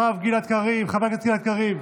הרב גלעד קריב, חבר הכנסת גלעד קריב.